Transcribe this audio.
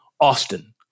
Austin